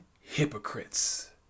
hypocrites